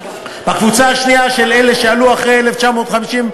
בקבוצה השנייה, של אלה שעלו אחרי 1953,